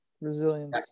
Resilience